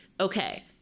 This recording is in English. okay